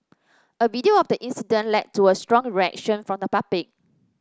a video of the incident led to a strong reaction from the public